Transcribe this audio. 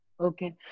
Okay